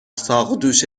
ساقدوش